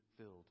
filled